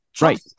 Right